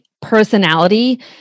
personality